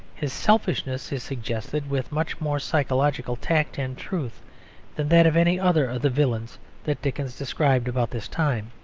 his selfishness is suggested with much more psychological tact and truth than that of any other of the villains that dickens described about this time.